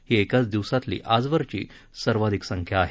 ही एकाच दिवसातली आजवरची सर्वाधिक संख्या आहे